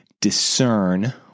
discern